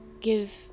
give